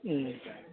ꯎꯝ